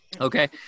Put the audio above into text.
Okay